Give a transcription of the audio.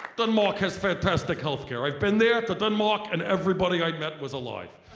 denmark has fantastic health care i've been there to denmark and everybody i met was alive.